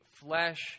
flesh